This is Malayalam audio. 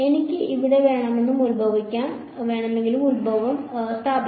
എനിക്ക് എവിടെ വേണമെങ്കിലും ഉത്ഭവം സ്ഥാപിക്കാം